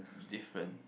different